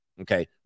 Okay